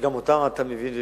שגם אותן אתה מבין ומכיר.